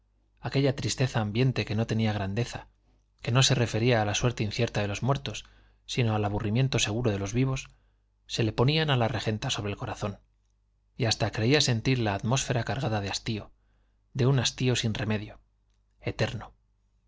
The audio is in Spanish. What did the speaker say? aquella tristeza ambiente que no tenía grandeza que no se refería a la suerte incierta de los muertos sino al aburrimiento seguro de los vivos se le ponían a la regenta sobre el corazón y hasta creía sentir la atmósfera cargada de hastío de un hastío sin remedio eterno